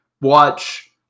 watch